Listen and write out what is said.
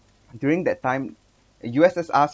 during that time U_S_S_R